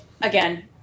again